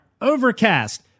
Overcast